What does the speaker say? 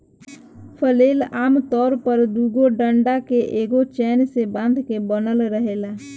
flail आमतौर पर दुगो डंडा के एगो चैन से बांध के बनल रहेला